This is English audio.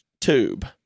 tube